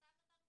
סתם נתנו כסף?